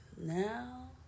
now